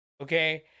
Okay